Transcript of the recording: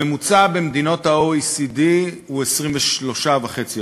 הממוצע במדינות ה-OECD הוא 23.5%,